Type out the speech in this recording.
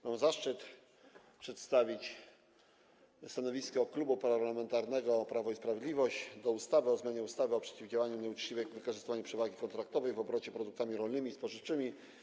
Mam zaszczyt przedstawić stanowisko Klubu Parlamentarnego Prawo i Sprawiedliwość wobec projektu ustawy o zmianie ustawy o przeciwdziałaniu nieuczciwemu wykorzystywaniu przewagi kontraktowej w obrocie produktami rolnymi i spożywczymi.